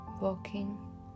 walking